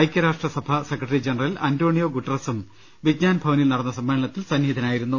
ഐക്യരാഷ്ട്രസഭാ secretary general Antonio ഗുട്ടറസ്സും വിജ്ഞാൻ ഭവനിൽ നടന്ന സമ്മേളനത്തിൽ സന്നിഹിതനായി രുന്നു